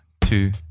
two